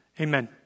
Amen